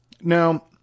Now